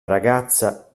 ragazza